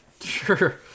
sure